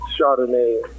Chardonnay